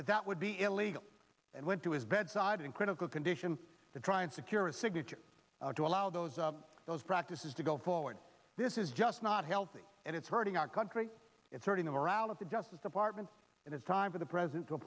that that would be illegal and went to his bedside in critical condition to try and secure a signature to allow those those practices to go forward this is just not healthy and it's hurting our country it's hurting the morale of the justice department and it's time for the present to a